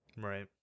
Right